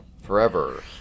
forever